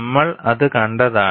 നമ്മൾ അത് കണ്ടതാണ്